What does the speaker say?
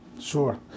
Sure